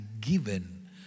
given